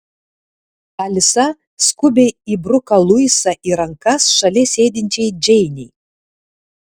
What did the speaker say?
alisa skubiai įbruka luisą į rankas šalia sėdinčiai džeinei